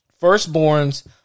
Firstborns